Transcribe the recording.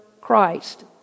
Christ